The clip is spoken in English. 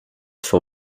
for